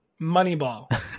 Moneyball